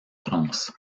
france